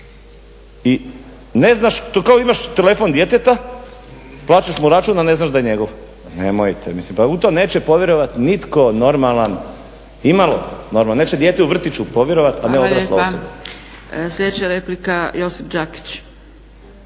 i ne znaš, to je kao imaš telefon djeteta, plaćaš mu račun, a ne znaš da je njegov. Nemojte, mislim pa u to neće povjerovati nitko normalan imalo normalan. Neće dijete u vrtiću povjerovati, a ne odrasla osoba. **Zgrebec, Dragica